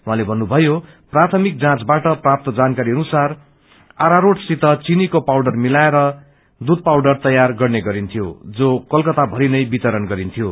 उहाँले भन्नुषयो प्राथमिक जाँचबाट प्राप्त जानकारी अनुसार अरारोटसित चीनीको पाउडर मिलाएर नकली दूय पाउडर तयार गर्ने गरिन्थ्यो र कोलकतामरि नै वितरण गरिन्थ्यो